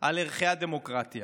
על ערכי הדמוקרטיה.